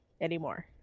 anymore